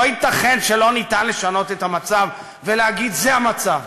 לא ייתכן שלא ניתן לשנות את המצב ולהגיד "זה המצב".